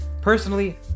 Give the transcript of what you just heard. personally